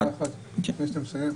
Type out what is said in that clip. לפני שאתה מסיים,